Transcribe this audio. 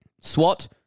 SWAT